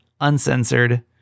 uncensored